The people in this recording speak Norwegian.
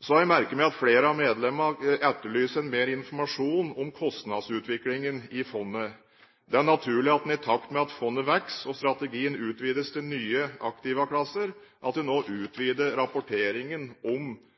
Så har jeg merket meg at flere av komiteens medlemmer etterlyser mer informasjon om kostnadsutviklingen i fondet. Det er naturlig at en i takt med at fondet vokser og strategien utvides til nye aktivaklasser, nå utvider rapporteringen om